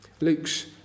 Luke's